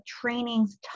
trainings